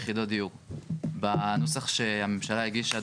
בנוסח שהממשלה הגישה,